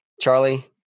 Charlie